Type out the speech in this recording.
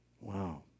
Wow